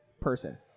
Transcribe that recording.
person